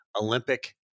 Olympic